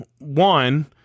One